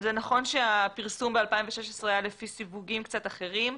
זה נכון שהפרסום ב-2016 היה לפי סיווגים קצת אחרים,